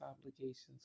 obligations